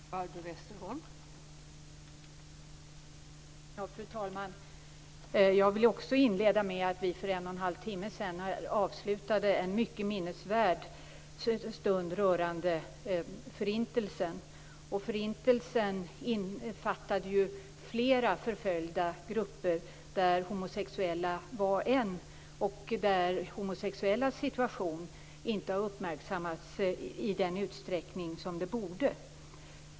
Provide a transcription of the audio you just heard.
Fru talman! Jag vill också inleda med detta att vi för en och en halv timme sedan avslutade en mycket minnesvärd stund rörande förintelsen. Förintelsen innefattade ju flera förföljda grupper. De homosexuella var en. De homosexuellas situation har inte uppmärksammats i den utsträckning som den borde.